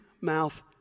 mouth